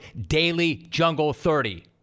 DAILYJUNGLE30